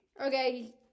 Okay